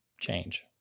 change